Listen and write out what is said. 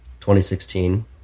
2016